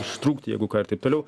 ištrūkt jeigu ką ir taip toliau